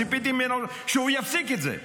ציפיתי ממנו שהוא יפסיק את זה.